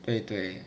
对对